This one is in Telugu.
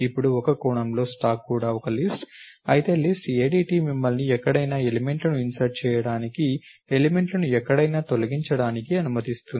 ఇప్పుడు ఒక కోణంలో స్టాక్ కూడా ఒక లిస్ట్ అయితే లిస్ట్ ADT మిమ్మల్ని ఎక్కడైనా ఎలిమెంట్లను ఇన్సర్ట్ చేయడానికి ఎలిమెంట్లను ఎక్కడైనా తొలగించడానికి అనుమతిస్తుంది